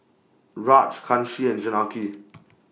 Raj Kanshi and Janaki